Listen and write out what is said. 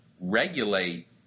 regulate